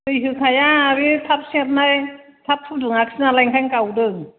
दै होखाया बे थाब सेरनाय थाब फुदुङासै नालाय ओंखायनो गावदों